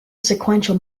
sequential